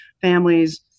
families